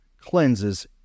cleanses